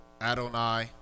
Adonai